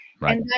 Right